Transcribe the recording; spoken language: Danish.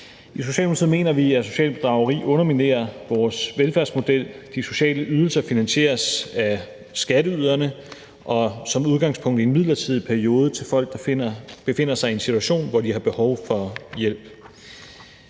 I Socialdemokratiet mener vi, at socialt bedrageri underminerer vores velfærdsmodel. De sociale ydelser finansieres af skatteyderne og som udgangspunkt i en midlertidig periode til folk, der befinder sig i en situation, hvor de har behov for hjælp.